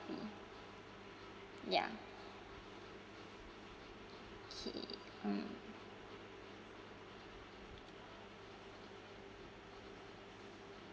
yeah okay um